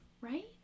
right